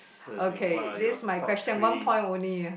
okay this my question one point only ah